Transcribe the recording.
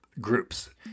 groups